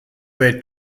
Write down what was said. where